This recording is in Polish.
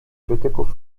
krytyków